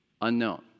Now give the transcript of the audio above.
unknown